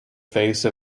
face